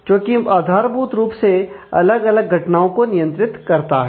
जोकि आधारभूत रूप से अलग अलग घटनाओं को नियंत्रित करता है